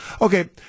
Okay